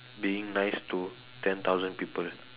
being nice to ten thousand people